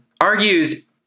argues